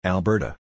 Alberta